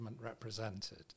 represented